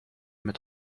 met